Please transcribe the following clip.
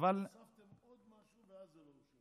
הוספתם עוד משהו ואז זה לא אושר.